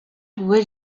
would